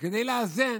וכדי לאזן,